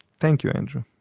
thank you andrew.